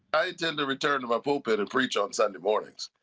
i intend to return to my pulpit and preach on sunday mornings